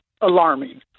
alarming